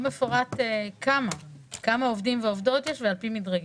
לא מפורט כמה עובדים ועובדות יש ועל פי מדרגים.